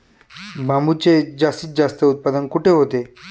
बांबूचे जास्तीत जास्त उत्पादन कुठे होते?